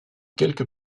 quelques